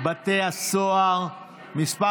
בתי הסוהר (מס'